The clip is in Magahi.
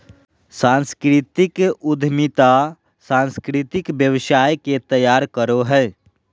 सांस्कृतिक उद्यमिता सांस्कृतिक व्यवसाय के तैयार करो हय